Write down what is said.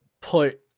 put